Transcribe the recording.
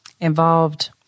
involved